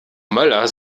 möller